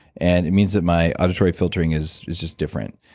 and it means that my auditory filtering is is just different.